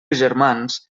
germans